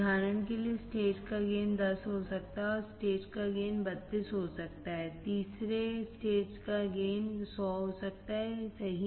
उदाहरण के लिए स्टेज का गेन 10 हो सकता है और स्टेज का गेन 32 हो सकता है तीसरे का स्टेज का गेन 100 हो सकता हैसही